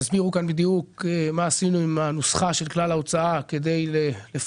יסבירו כאן עוד מעט מה עשינו עם הנוסחה של כלל ההוצאה כדי לפצות